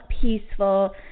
peaceful